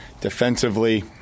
defensively